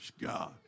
God